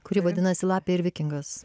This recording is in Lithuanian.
kuri vadinasi lapė ir vikingas